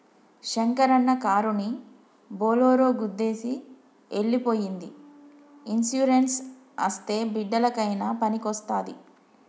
శంకరన్న కారుని బోలోరో గుద్దేసి ఎల్లి పోయ్యింది ఇన్సూరెన్స్ అస్తే బిడ్డలకయినా పనికొస్తాది